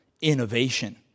innovation